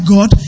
God